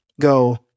go